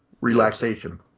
relaxation